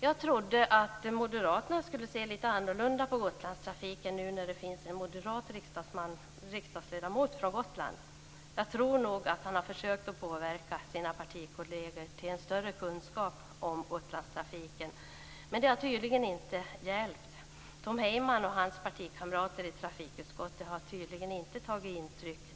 Jag trodde att moderaterna skulle se lite annorlunda på Gotlandstrafiken nu när det finns en moderat riksdagsledamot från Gotland. Jag tror nog att han har försökt att påverka sina partikolleger till en större kunskap om Gotlandstrafiken, men det har tydligen inte hjälpt. Tom Heyman och hans partikamrater i trafikutskottet har tydligen inte tagit intryck.